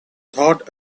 thought